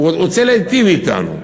הוא רוצה להיטיב אתנו.